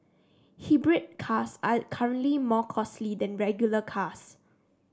hybrid cars are currently more costly than regular cars